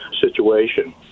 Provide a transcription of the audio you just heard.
situation